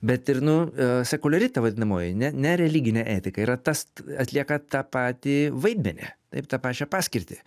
bet ir nu sekuliari ta vadinamoji ne ne religinė etika yra tas atlieka tą patį vaidmenį tą pačią paskirtį